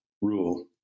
rule